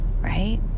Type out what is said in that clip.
right